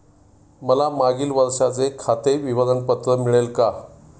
मला मागील वर्षाचे खाते विवरण पत्र मिळेल का?